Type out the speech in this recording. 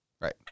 Right